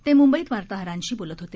ते मुंबईत वार्ताहरांशी बोलत होते